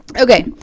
okay